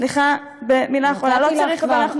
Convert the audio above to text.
סליחה, במילה אחרונה.